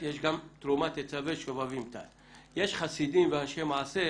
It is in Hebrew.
יש מתאם בין רמת השירותים שהם מקבלים למה שהם משלמים,